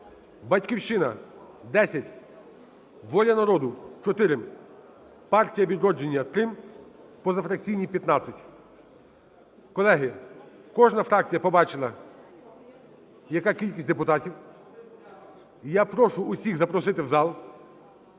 "Батьківщина" – 10, "Воля народу" – 4, "Партія "Відродження" – 3, позафракційні – 15. Колеги, кожна фракція побачила, яка кількість депутатів. І я прошу усіх запросити в зал,